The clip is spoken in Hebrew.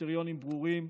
קריטריונים ברורים.